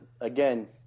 again